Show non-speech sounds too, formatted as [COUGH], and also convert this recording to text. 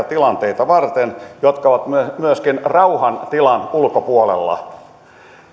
[UNINTELLIGIBLE] tilanteita varten jotka ovat myöskin rauhan tilan ulkopuolella